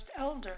elder